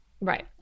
right